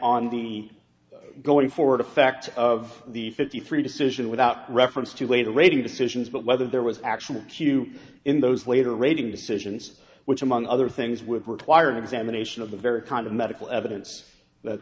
on the going forward effect of the fifty three decision without reference to later raising decisions but whether there was actually a q in those later rating decisions which among other things would require an examination of the very kind of medical evidence that